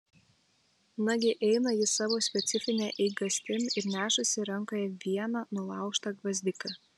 nagi eina jis savo specifine eigastim ir nešasi rankoje vieną nulaužtą gvazdiką